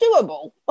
doable